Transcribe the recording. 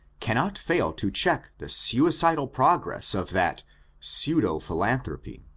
cannot fail to check the suicidal progress of that pseud a philanthropy,